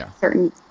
certain